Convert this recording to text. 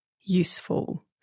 useful